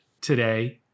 today